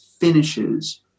finishes